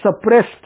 suppressed